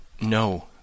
No